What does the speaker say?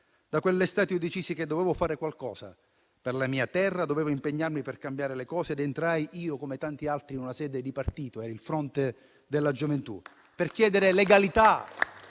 Da quell'estate decisi che dovevo fare qualcosa per la mia terra, che dovevo impegnarmi per cambiare le cose ed entrai, io come tanti altri, in una sede di partito (era il Fronte della gioventù), per chiedere legalità